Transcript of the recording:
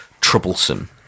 troublesome